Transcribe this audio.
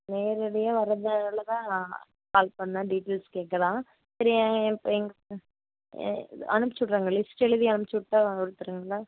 நேரடியாக வர்றதால தான் கால் பண்ணேன் டீட்டெயில்ஸ் கேட்க தான் சரி அனுப்ச்சிவிட்றேங்க லிஸ்ட் எழுதி அனுப்பிச்சுட்டா கொடுத்துருவீங்களா